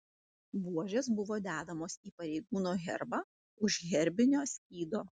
buožės buvo dedamos į pareigūno herbą už herbinio skydo